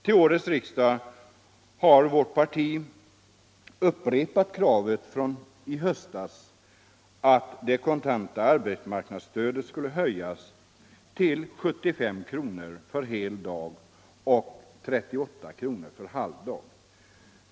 Till årets riksdag har vårt parti upprepat kravet från i höstas, att det kontanta arbetsmarknadsstödet skall höjas till 75 kr. för hel dag och 38 kr. för halv dag.